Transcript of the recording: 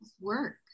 work